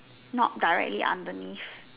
not directly underneath